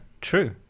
true